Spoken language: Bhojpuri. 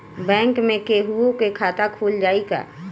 बैंक में केहूओ के खाता खुल जाई का?